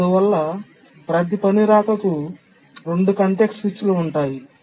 అందువల్ల ప్రతి పని రాకకు 2 కాంటెక్స్ట్ స్విచ్లు ఉంటాయి